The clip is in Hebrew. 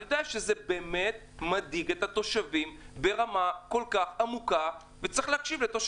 אני יודע שזה באמת מדאיג את התושבים ברמה כל כך עמוקה וצריך להקשיב להם.